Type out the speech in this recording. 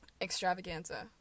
extravaganza